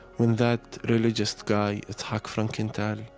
when that religious guy, yitzhak frankenthal,